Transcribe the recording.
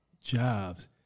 jobs